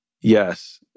Yes